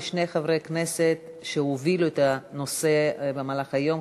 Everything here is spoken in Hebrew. לשני חברי הכנסת שהובילו את הנושא במהלך היום,